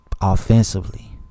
Offensively